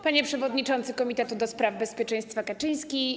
Panie Przewodniczący Komitetu ds. Bezpieczeństwa Kaczyński!